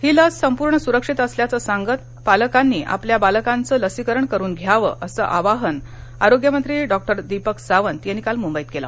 ही लस संपूर्ण सुरक्षित असल्याचं सांगत पालकांनी आपल्या बालकांचं लसीकरण करून घ्यावं असं आवाहन आरोग्यमंत्री डॉक्टर दीपक सावंत यांनी काल मुंबईत केलं